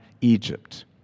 Egypt